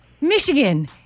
Michigan